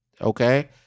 okay